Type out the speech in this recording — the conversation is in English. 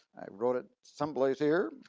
wrote it some place here.